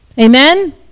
Amen